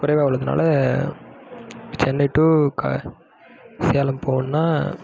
குறைவாக உள்ளதுனால் சென்னை டு கா சேலம் போகணுன்னா